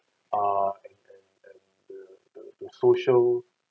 err and and and the the the social